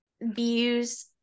views